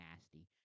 nasty